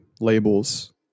labels